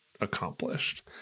accomplished